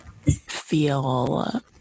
feel